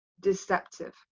deceptive